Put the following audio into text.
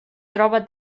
troba